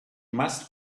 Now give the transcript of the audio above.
must